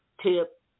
tip